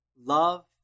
Love